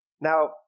Now